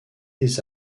des